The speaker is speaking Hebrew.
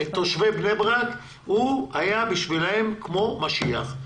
עבור תושבי בני ברק הוא היה כמו משיח,